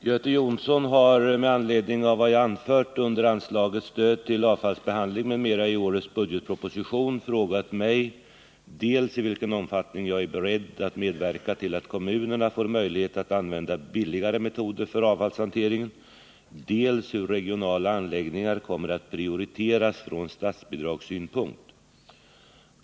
Herr talman! Göte Jonsson har, med anledning av vad jag anfört under anslaget Stöd till avfallsbehandling, m.m. i årets budgetproposition, frågat mig dels i vilken omfattning jag är beredd att medverka till att kommunerna får möjlighet att använda billigare metoder för avfallshanteringen, dels hur regionala anläggningar kommer att prioriteras från statsbidragssynpunkt.